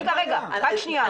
רגע רגע, רק שנייה.